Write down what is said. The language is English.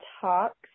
talks